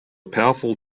powerful